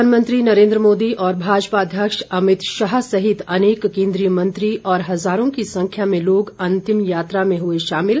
प्रधानमंत्री नरेन्द्र मोदी और भाजपा अध्यक्ष अभित शाह सहित अनेक केन्द्रीय मंत्री और हजारों की संख्या में लोग अंतिम यात्रा में हुए शामिल